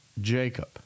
Jacob